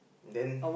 then